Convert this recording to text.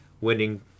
winning